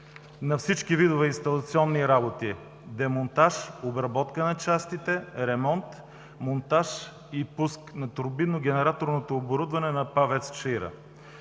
на всички видове инсталационни работи – демонтаж, обработка на частите, ремонт, монтаж и пуск на турбинно-генераторното оборудване на ПАВЕЦ